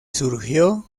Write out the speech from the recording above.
surgió